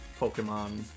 Pokemon